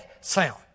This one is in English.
sound